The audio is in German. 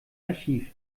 archiv